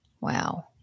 Wow